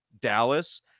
Dallas